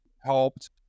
helped